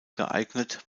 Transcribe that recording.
geeignet